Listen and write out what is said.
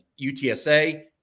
UTSA